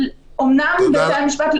את אומרת "הוא גרוע עשרת מונים".